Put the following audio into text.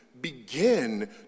begin